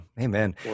Amen